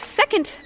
second